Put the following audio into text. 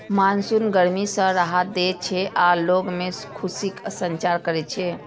monsoon गर्मी सं राहत दै छै आ लोग मे खुशीक संचार करै छै